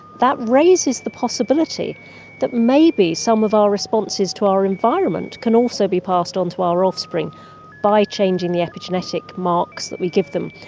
that raises the possibility that maybe some of our responses to our environment can also be passed on to our offspring by changing the epigenetic marks that we give them.